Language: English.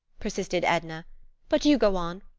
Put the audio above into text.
persisted edna but you go on.